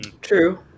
True